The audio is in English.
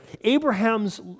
Abraham's